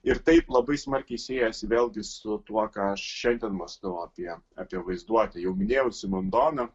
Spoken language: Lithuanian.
ir tai labai smarkiai siejasi vėlgi su tuo ką aš šiandien mąstau apie apie vaizduotę jau minėjau simondoną